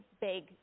big